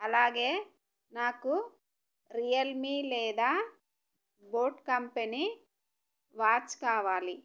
అలాగే నాకు రియల్మీ లేదా బోట్ కంపెనీ వాచ్ కావాలి